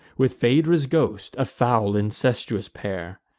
with phaedra's ghost, a foul incestuous pair.